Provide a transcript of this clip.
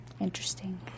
interesting